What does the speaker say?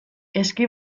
eski